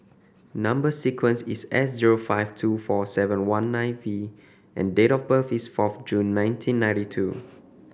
number sequence is S zero five two four seven one nine V and date of birth is fourth June nineteen ninety two